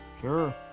Sure